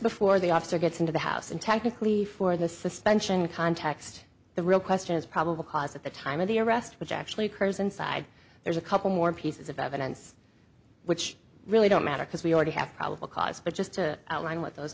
before the officer gets into the house and technically for the suspension context the real question is probable cause at the time of the arrest which actually occurs inside there's a couple more pieces of evidence which really don't matter because we already have probable cause but just to outline what those